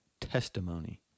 Testimony